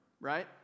right